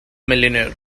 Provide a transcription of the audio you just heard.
millionaire